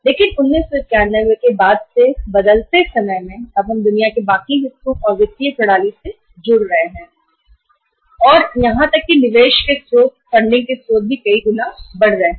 लेकिन 1991 के बाद से बदलते समय में अब हम दुनिया के बाकी हिस्सों और वित्तीय प्रणाली से जुड़ रहे हैं और यहां तक कि निवेश के स्रोत भी कई गुना बढ़ रहे हैं